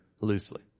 loosely